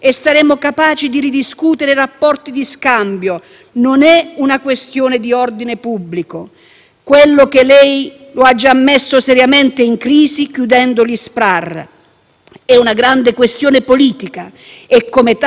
pubblico che lei ha già messo seriamente in crisi chiudendo gli SPRAR); è una grande questione politica e, come tale, dobbiamo essere capaci di affrontarla, discuterla e governarla. *(Richiami del Presidente).*